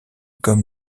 comme